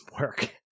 work